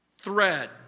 thread